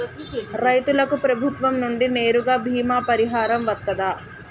రైతులకు ప్రభుత్వం నుండి నేరుగా బీమా పరిహారం వత్తదా?